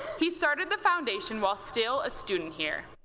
he started the foundation while still a student here.